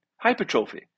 hypertrophy